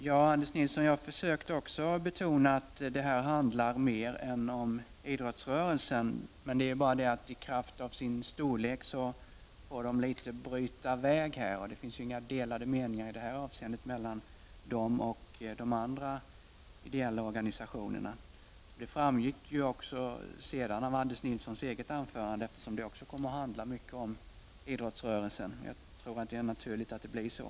Fru talman! Jag försökte också betona att detta handlar om mer än idrottsrörelsen, Anders Nilsson. Men i kraft av sin storlek får den bryta väg. Det finns i det här avseendet inga delade meningar mellan den och de andra ideella organisationerna. Det framgick likaledes i Anders Nilssons eget anförande, som också mycket kom att handla om idrottsrörelsen. Jag tror att det är naturligt att det blir så.